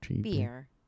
Beer